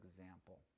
example